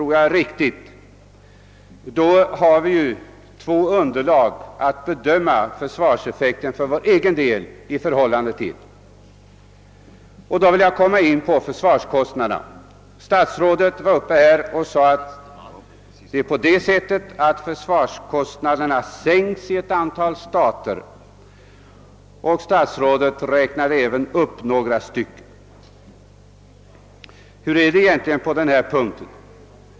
Om detta är riktigt — och det tror jag att det är — har vi vid en jämförelse med utvecklingen av försvarskostnaderna i andra länder underlag för en bedömning av vår egen försvarseffekt. Statsrådet räknade i sitt anförande upp ett antal stater som sänkt sina försvarskostnader. Hur förhåller det sig egentligen med den saken?